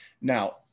now